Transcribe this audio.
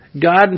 God